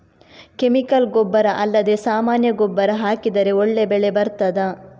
Chemical ಗೊಬ್ಬರ ಅಲ್ಲದೆ ಸಾಮಾನ್ಯ ಗೊಬ್ಬರ ಹಾಕಿದರೆ ಒಳ್ಳೆ ಬೆಳೆ ಬರ್ತದಾ?